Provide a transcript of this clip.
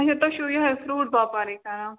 اَچھا تۅہہِ چھُو یِہَے فرٛوٗٹ باپارٕے کَران